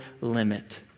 limit